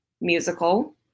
musical